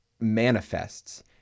manifests –